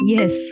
Yes